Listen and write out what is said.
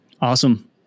Awesome